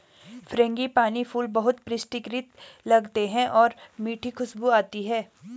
frangipani फूल बहुत परिष्कृत लगते हैं और मीठी खुशबू आती है